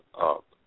up